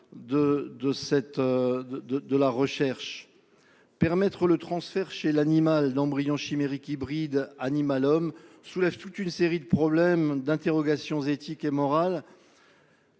de la recherche, permettre le transfert chez l'animal d'embryons chimériques hybrides entre l'animal et l'homme soulève toute une série de problèmes et d'interrogations éthiques et morales.